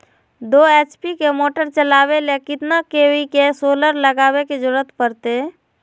दो एच.पी के मोटर चलावे ले कितना के.वी के सोलर लगावे के जरूरत पड़ते?